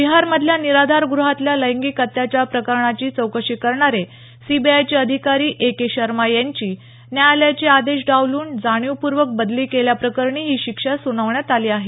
बिहारमधल्या निराधार ग्रहातल्या लैंगिक अत्याचार प्रकरणाची चौकशी करणारे सीबीआयचे अधिकारी ए के शर्मा यांची न्यायालयाचे आदेश डावलून जाणीवपूर्वक बदली केल्याप्रकरणी ही शिक्षा सुनावण्यात आली आहे